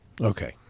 Okay